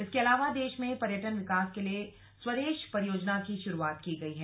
इसके अलावा देश में पर्यटन विकास के लिए श्स्वदेश परियोजनाश् की शुरूआत की गई है